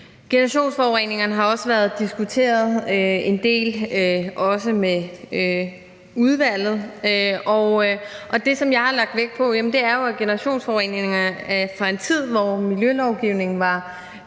Generationsforureningerne har også været diskuteret en del med udvalget, og det, som jeg har lagt vægt på, er, at generationsforureningerne er fra en tid, hvor miljølovgivningen var